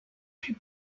plus